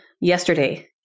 yesterday